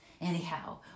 anyhow